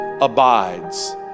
abides